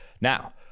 Now